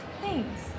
Thanks